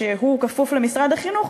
שהוא כפוף למשרד החינוך,